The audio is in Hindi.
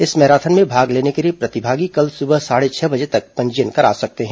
इस मैराथन में भाग लेने के लिए प्रतिभागी कल सुबह साढ़े छह बजे तक पंजीयन करा सकते है